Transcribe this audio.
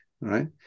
right